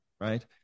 right